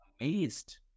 amazed